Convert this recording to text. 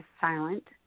silent